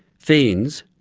phenes,